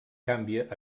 canvia